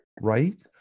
right